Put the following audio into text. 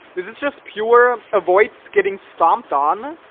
this is just pure um avoid getting stomped on